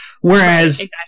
Whereas